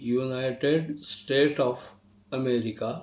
united state of America